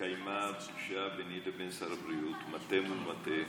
התקיימה פגישה ביני לבין שר הבריאות, מטה מול מטה,